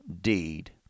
deed